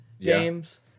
games